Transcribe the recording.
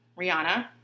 Rihanna